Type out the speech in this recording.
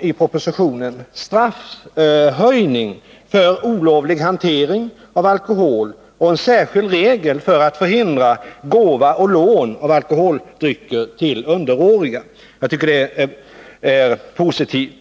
i propositionen straffhöjning för olovlig hantering av alkohol och en särskild regel för att förhindra gåva och lån av alkoholdrycker till underåriga. Jag tycker att det är positivt.